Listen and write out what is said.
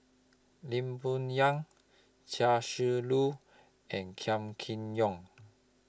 Lee Boon Yang Chia Shi Lu and Kam Kee Yong